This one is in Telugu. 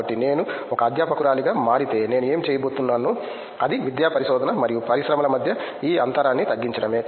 కాబట్టి నేను ఒక అధ్యాపకురాలిగా మారితే నేను ఏమి చేయబోతున్నానో అది విద్యా పరిశోధన మరియు పరిశ్రమల మధ్య ఈ అంతరాన్ని తగ్గించడమే